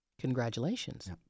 Congratulations